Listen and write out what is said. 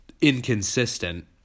inconsistent